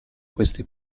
questi